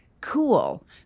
cool